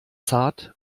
zart